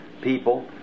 people